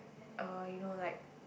uh you know like